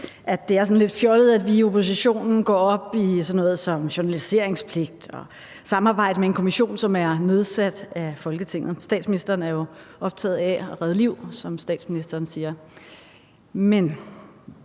sådan lidt fjollet, at vi i oppositionen går op i sådan noget som journaliseringspligt og samarbejde med en kommission, som er nedsat af Folketinget. Statsministeren er jo optaget af at redde liv, som statsministeren siger. Men